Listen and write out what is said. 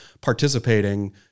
participating